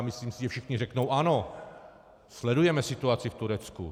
Myslím si, že všichni řeknou ano, sledujeme situaci v Turecku.